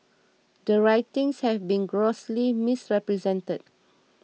the writings have been grossly misrepresented